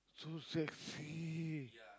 so sexy